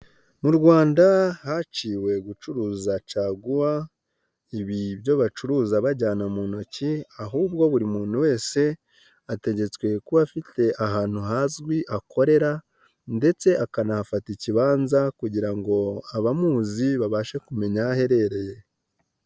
Mu Rwanda haciwe gucuruza caguwa, ibi byo bacuruza bajyana mu ntoki, ahubwo buri muntu wese ategetswe kuba afite ahantu hazwi akorera ndetse akanafata ikibanza, kugira ngo abamuzi babashe kumenya aho aherereye.